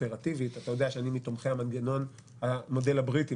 אופרטיבית אתה יודע שאני מתומכי "המודל הבריטי",